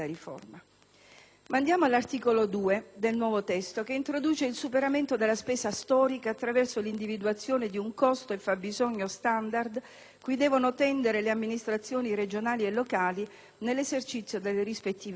la riforma. L'articolo 2 del nuovo testo introduce il superamento della spesa storica attraverso l'individuazione di un costo e fabbisogno standard cui devono tendere le amministrazioni regionali e locali nell'esercizio delle rispettive funzioni;